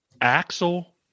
Axel